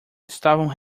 estavam